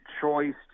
choice